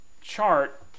chart